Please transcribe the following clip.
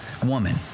Woman